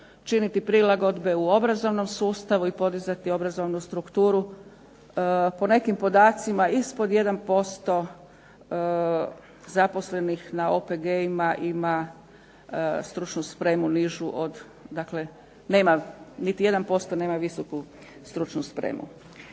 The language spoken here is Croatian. činiti prilagodbe u obrazovnom sustavu i podizati obrazovnu strukturu. Po nekim podacima ispod 1% zaposlenih na OPG-ima ima stručnu spremu nižu od, dakle nema niti 1% nema visoku stručnu spremu.